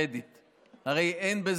רייטן מרום,